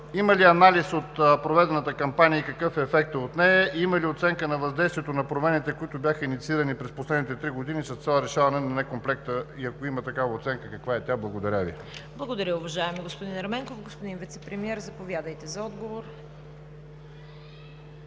има ли анализ от проведената кампания и какъв е ефектът от нея? Има ли оценка на въздействието на промените, които бяха инициирани през последните три години, с цел решаването на некомплекта? Ако има такава оценка, каква е тя? Благодаря Ви. ПРЕДСЕДАТЕЛ ЦВЕТА КАРАЯНЧЕВА: Благодаря, уважаеми господин Ерменков. Господин Вицепремиер, заповядайте за отговор. ЗАМЕСТНИК